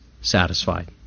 satisfied